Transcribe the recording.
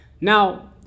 Now